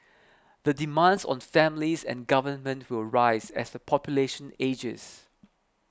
the demands on families and government will rise as the population ages